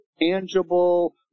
tangible